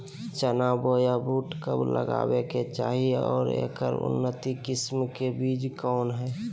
चना बोया बुट कब लगावे के चाही और ऐकर उन्नत किस्म के बिज कौन है?